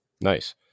Nice